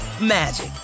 magic